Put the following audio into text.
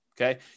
okay